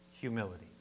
Humility